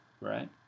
right